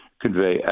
convey